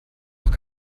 auch